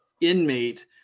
inmate